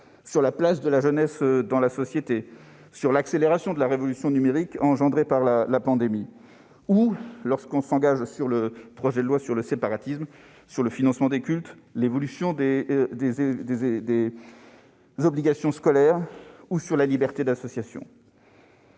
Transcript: sur la place de la jeunesse dans la société, sur l'accélération de la révolution numérique engendrée par la pandémie, ou encore, alors que le projet de loi sur le séparatisme est lancé, sur le financement des cultes, l'évolution des obligations scolaires ou la liberté d'association.